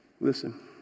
Listen